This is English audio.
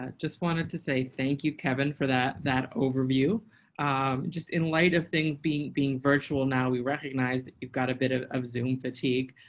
ah just wanted to say thank you, kevin for that that overview just in light of things being being virtual now we recognize that you've got a bit of of zoom fatigue.